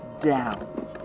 down